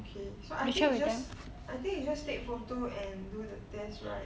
okay so I think it's just I think it's just take photo and do the test right